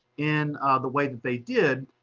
in the way that they did,